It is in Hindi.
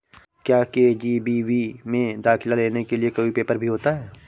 क्या के.जी.बी.वी में दाखिला लेने के लिए कोई पेपर भी होता है?